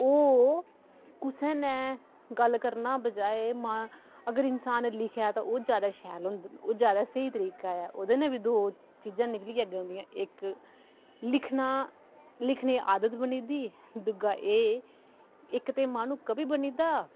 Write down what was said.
ओह् कुसै न गल्ल करना बजाए म अगर इंसान लिखै ते ओह् ज्यादा शैल होंदी ओह् ज्यादा स्हेई तरीका ऐ ओह्दे ने बी दो चीज़ां निकलियै अग्गें औंदियां इक लिखना लिखने दी आदत बनी जंदी दूआ एह् इक ते माह्नू कवि बनी जंदा